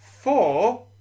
four